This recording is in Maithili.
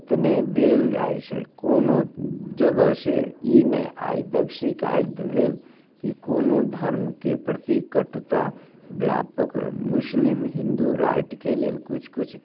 ओतने देल जाइ छै कोनो जगह से ई नहि आइ तक शिकायत भेल कि कोनो धर्मके प्रति कटुता व्यापक हुए मुस्लिम हिन्दू राइटके लेल किछु किछु